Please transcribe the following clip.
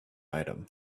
item